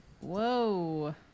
Whoa